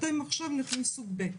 אתם עכשיו נכים סוג ב'.